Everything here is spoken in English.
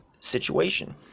situation